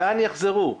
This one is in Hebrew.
לאן יחזרו?